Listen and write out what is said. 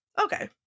Okay